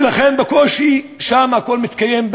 ולכן, בקושי שם הכול מתקיים.